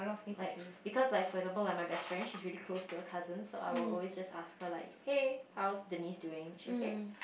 like because like for example my best friend she's really close to her cousins so I'll just ask her like hey how's Denise doing is she okay